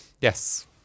Yes